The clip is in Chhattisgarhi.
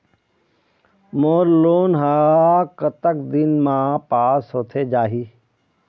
मोर लोन हा कतक दिन मा पास होथे जाही?